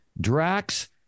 Drax